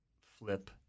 flip